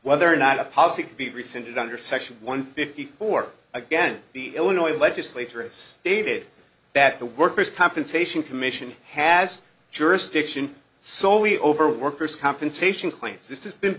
whether or not a policy could be rescinded under section one fifty four again the illinois legislature is stated that the workers compensation commission has jurisdiction so we over workers compensation claims this has been